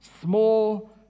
small